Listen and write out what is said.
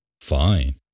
Fine